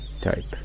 type